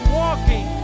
walking